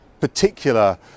particular